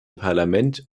parlament